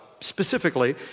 Specifically